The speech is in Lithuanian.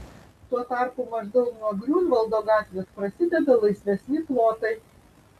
tuo tarpu maždaug nuo griunvaldo gatvės prasideda laisvesni plotai